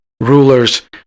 rulers